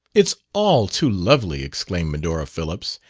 it's all too lovely, exclaimed medora phillips.